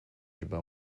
日本